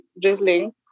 drizzling